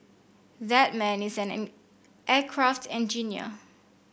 that man is an aircraft engineer